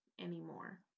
anymore